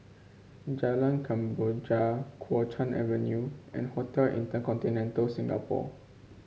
Jalan Kemboja Kuo Chuan Avenue and Hotel InterContinental Singapore